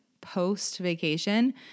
post-vacation